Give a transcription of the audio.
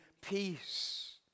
peace